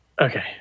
okay